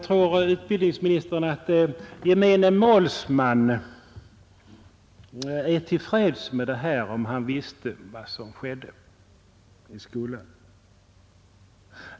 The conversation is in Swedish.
Tror utbildningsministern att gemene målsman vore till freds med detta om han visste vad som skedde i skolan?